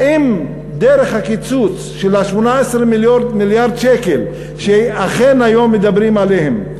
האם דרך הקיצוץ של 18 מיליארד שקל שאכן היום מדברים עליהם,